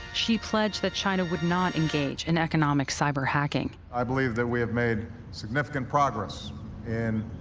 xi pledged that china would not engage in economic cyber-hacking. i believe that we have made significant progress in